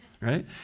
right